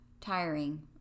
tiring